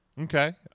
Okay